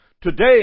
Today